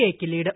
എക്ക് ലീഡ്